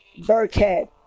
Burkhead